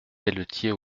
pelletier